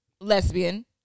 lesbian